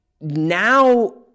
now